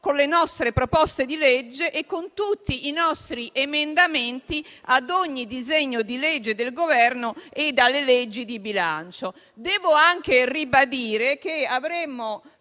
con le nostre proposte di legge e con tutti i nostri emendamenti ad ogni disegno di legge del Governo e ai disegni di legge di bilancio. Devo anche ribadire che avremmo